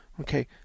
Okay